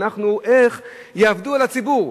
איך יעבדו על הציבור.